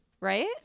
right